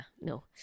no